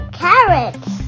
carrots